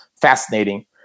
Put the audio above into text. fascinating